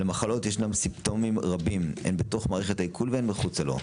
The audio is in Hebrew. למחלות ישנן סימפטומים רבים הן בתוך מערכת העיכול והן מחוצה לו.